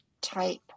type